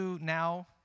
now